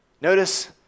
Notice